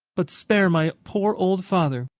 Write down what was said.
but spare my poor old father.